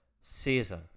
season